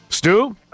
Stu